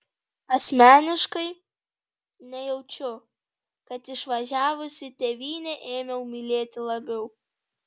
asmeniškai nejaučiu kad išvažiavusi tėvynę ėmiau mylėti labiau